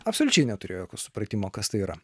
absoliučiai neturėjo supratimo kas tai yra